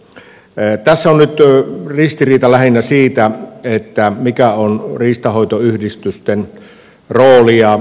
tässä on nyt ristiriita lähinnä siitä mikä on riistanhoitoyhdistysten rooli